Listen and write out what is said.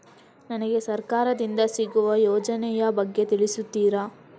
ನನಗೆ ಸರ್ಕಾರ ದಿಂದ ಸಿಗುವ ಯೋಜನೆ ಯ ಬಗ್ಗೆ ತಿಳಿಸುತ್ತೀರಾ?